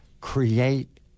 Create